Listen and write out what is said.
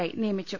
യായി നിയമിച്ചു